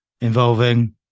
involving